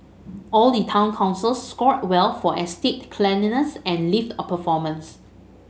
all the town councils scored well for estate cleanliness and lift performance